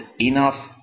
enough